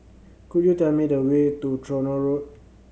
could you tell me the way to Tronoh Road